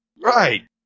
Right